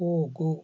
ಹೋಗು